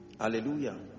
Hallelujah